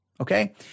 Okay